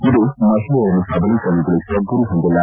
ಇದು ಮಹಿಳೆಯರನ್ನು ಸಬಲೀಕರಣಗೊಳಿಸುವ ಗುರಿ ಹೊಂದಿಲ್ಲ